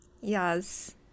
Yes